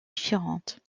différentes